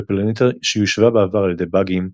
בפלנטה שיושבה בעבר על ידי באגים,